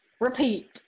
repeat